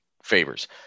favors